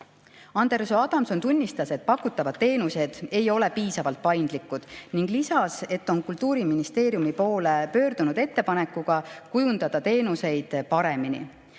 Andero Adamson tunnistas, et pakutavad teenused ei ole piisavalt paindlikud, ning lisas, et on Kultuuriministeeriumi poole pöördunud ettepanekuga kujundada teenuseid paremini.